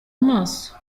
amaso